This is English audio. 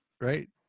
right